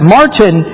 Martin